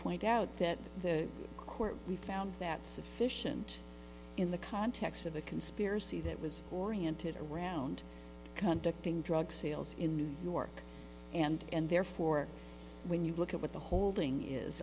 point out that the court found that sufficient in the context of the conspiracy that was oriented around contacting drug sales in new york and and therefore when you look at the holding is